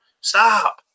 Stop